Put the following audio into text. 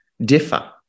differ